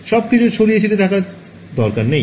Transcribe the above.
সব কিছু ছড়িয়ে ছিটিয়ে থাকা দরকার নেই